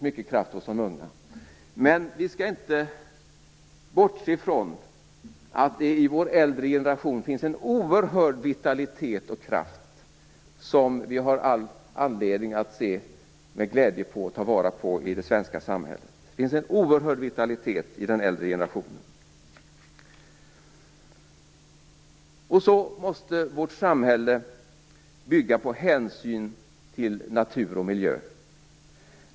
Men vi skall inte bortse ifrån att det finns en oerhörd vitalitet och kraft i vår äldre generation. Vi har all anledning att se med glädje på detta och ta vara på det i det svenska i samhället. Det finns en oerhörd vitalitet i den äldre generationen. Vårt samhälle måste också bygga på hänsyn till natur och miljö.